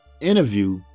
interview